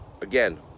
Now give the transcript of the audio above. again